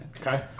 Okay